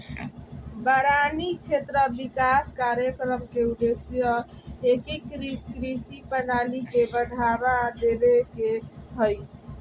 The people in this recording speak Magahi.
वारानी क्षेत्र विकास कार्यक्रम के उद्देश्य एकीकृत कृषि प्रणाली के बढ़ावा देवे के हई